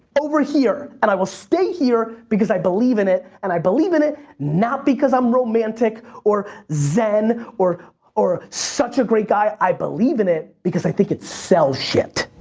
over here and i will stay here because i believe in it and i believe in it not because i'm romantic or zen or or such a great guy. i believe in it because i think it sells shit.